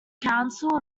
council